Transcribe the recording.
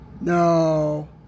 No